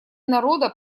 народа